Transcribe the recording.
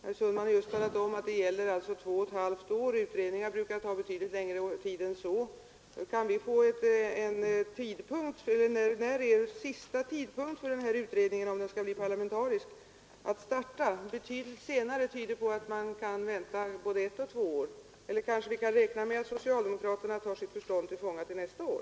Men herr Sundman har just talat om att vi har två och ett halvt år på oss, och utredningar brukar ta längre tid än så för sitt arbete. Kan vi alltså få ett svar på frågan: När är sista tidpunkten för denna utredning att starta, om den nu skall bli parlamentarisk? ”Betydligt senare” tyder på att man kan få vänta både ett och två år. Kan vi räkna med att socialdemokraterna tar sitt förnuft till fånga till nästa år?